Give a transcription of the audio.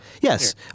Yes